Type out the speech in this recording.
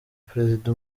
perezida